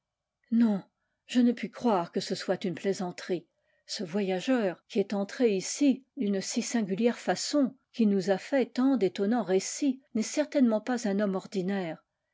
non je ne puis croire que ce soit une plaisanterie ce voyageur qui est entré ici d'une si sin galière façon qui nous a fait tant d'étonnants récits n'est certainement pas un homme ordinaire